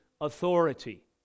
authority